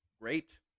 great